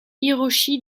hiroshi